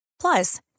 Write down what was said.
Plus